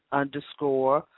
underscore